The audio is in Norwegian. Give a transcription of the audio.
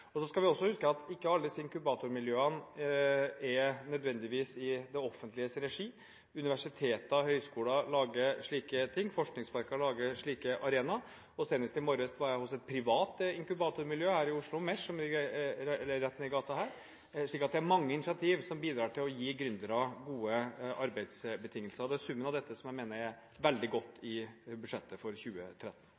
skal også huske at ikke alle inkubatormiljøene nødvendigvis er i det offentliges regi. Universiteter, høyskoler og forskningsparker lager slike arenaer. Senest i morges var jeg hos et privat inkubatormiljø, MESH, som ligger rett ned i gaten her i Oslo. Det er mange initiativer som bidrar til å gi gründere gode arbeidsbetingelser. Det er summen av dette jeg mener er veldig godt